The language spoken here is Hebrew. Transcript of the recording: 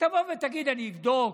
תבוא ותגיד: אני אבדוק,